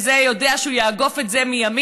וזה יודע שהוא יאגוף את זה מימין,